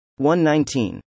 119